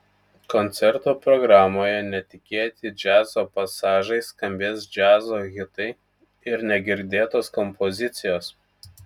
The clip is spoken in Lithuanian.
koncerto programoje netikėti džiazo pasažai skambės džiazo hitai ir negirdėtos kompozicijos